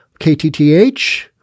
KTTH